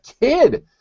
kid